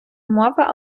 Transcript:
мова